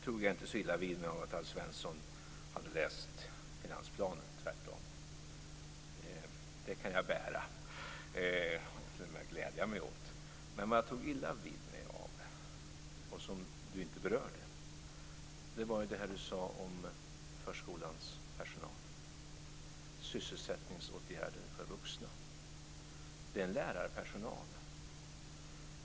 Jag tog inte så illa vid mig av att Alf Svensson hade läst finansplanen, tvärtom. Det kan jag bära och t.o.m. glädja mig åt. Men vad jag tog illa vid mig av och som Alf Svensson inte berörde var det som han sade om förskolans personal och sysselsättningsåtgärder för vuxna. Det är en lärarpersonal.